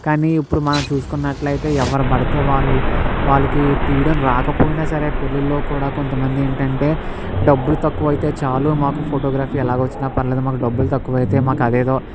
కానీ ఇప్పుడు మనం చూసుకున్నట్లయితే ఎవరు పడితే వాళ్ళు వాళ్ళకి తీయడం రాకపోయినా సరే పెళ్లిలో కూడా కొంతమంది ఏంటంటే డబ్బులు తక్కువ అయితే చాలు మాకు ఫోటోగ్రఫీ వచ్చినా పర్లేదు మాకు డబ్బులు తక్కువ అయితే మాకు అదేదో